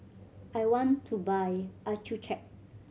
I want to buy Accucheck